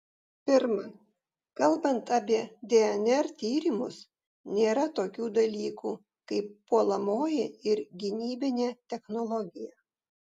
pirma kalbant apie dnr tyrimus nėra tokių dalykų kaip puolamoji ir gynybinė technologija